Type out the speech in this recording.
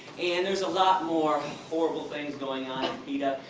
and there's a lot more horrible things going on in peta.